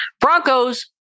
Broncos